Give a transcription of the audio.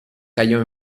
cayó